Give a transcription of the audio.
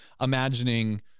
imagining